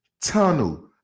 tunnel